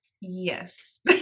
Yes